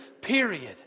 period